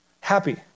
Happy